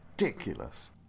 ridiculous